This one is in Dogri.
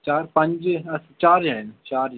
चार पंज चार जनें चार जनें न अस